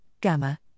gamma